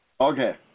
Okay